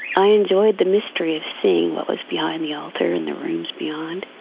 i enjoyed the mystery of seeing what was behind the altar in the rooms beyond.